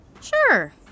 Sure